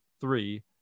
three